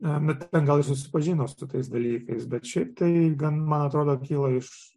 na gal jis susipažino su tais dalykais bet šiaip tai gan man atrodo kyla iš